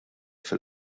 fil